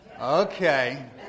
Okay